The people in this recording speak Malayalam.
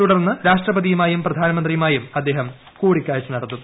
തുടർന്ന് രാഷ്ട്രപതിയുമായും പ്രധാനമന്ത്രിയുമായും അദ്ദേഹം കൂടിക്കാഴ്ച നടത്തും